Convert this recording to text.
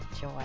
joy